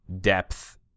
depth